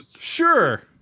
sure